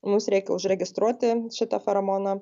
mums reikia užregistruoti šitą feromoną